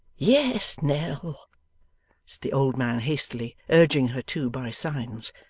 yes, nell said the old man hastily, urging her too by signs.